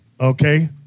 okay